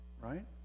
right